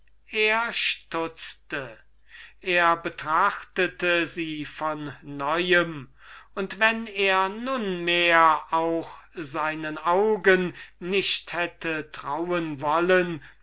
er stutzte er betrachtete sie von neuem und wenn er nunmehr auch seinen augen nicht hätte trauen wollen